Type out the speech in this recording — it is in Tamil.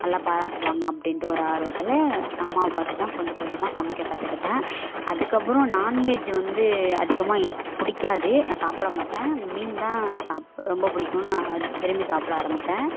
நல்லா பாராட்டுவாங்க அப்படின்ட்டு ஒரு ஆர்வத்தில் அம்மாவை பார்த்து தான் கொஞ்சம் கொஞ்சமாக சமைக்க கற்றுக்கிட்டேன் அதுக்கப்புறம் நாண்வெஜ்ஜு வந்து அதிகமாக இன் பிடிக்காது நான் சாப்பிட மாட்டேன் மீன் தான் சாப் ரொம்ப பிடிக்குன்னு விரும்பி சாப்பிட ஆரமித்தேன்